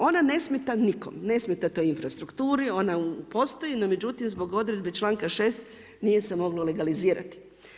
Ona ne smeta nikom, ne smeta toj infrastrukturi, ona postoji no međutim zbog odredbe članka 6. nije se moglo legalizirati.